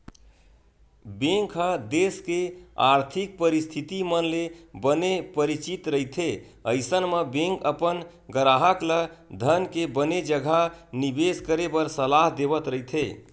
bank ह देस के आरथिक परिस्थिति मन ले बने परिचित रहिथे अइसन म बेंक अपन गराहक ल धन के बने जघा निबेस करे बर सलाह देवत रहिथे